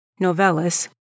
Novellus